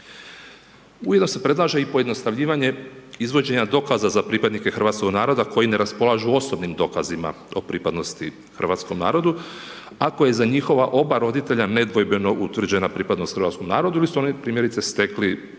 Ujedno se predlaže i pojednostavljivanje izvođenja dokaza za pripadnike hrvatskog naroda koji ne raspolažu osobnim dokazima o pripadnostima hrvatskom narodu, ako je za njihova oba roditelja nedvojbeno utvrđena pripadnost hrvatskom narodu ili su oni primjerice stekli